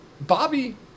Bobby